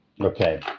Okay